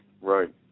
right